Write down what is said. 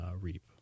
REAP